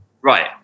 Right